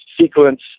sequence